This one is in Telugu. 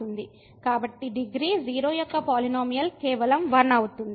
కాబట్టి డిగ్రీ 0 యొక్క పాలినోమియల్ కేవలం 1 అవుతుంది